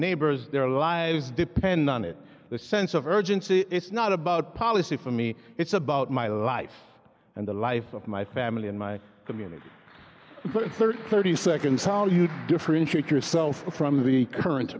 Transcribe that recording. neighbors their lives depend on it the sense of urgency it's not about policy for me it's about my life and the life of my family and my community thirty thirty seconds how do you differentiate yourself from the current